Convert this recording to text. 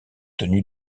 tenu